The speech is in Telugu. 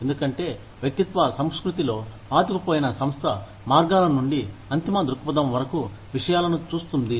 ఎందుకంటే వ్యక్తిత్వ సంస్కృతిలో పాతుకుపోయిన సంస్థ మార్గాల నుండి అంతిమ దృక్పథం వరకు విషయాలను చూస్తుంది